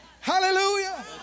Hallelujah